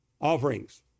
offerings